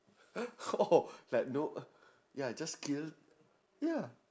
oh like those ya just kill ya